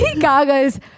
Gaga's